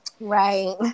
right